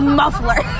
muffler